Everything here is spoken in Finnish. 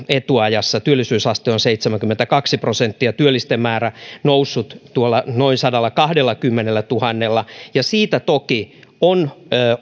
etuajassa työllisyysaste on seitsemänkymmentäkaksi prosenttia työllisten määrä noussut noin sadallakahdellakymmenellätuhannella siitä toki on